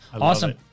Awesome